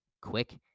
quick